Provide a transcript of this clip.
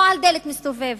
לא על דלת מסתובבת,